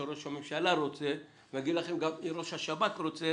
שראש הממשלה רוצה או שראש השב"כ רוצה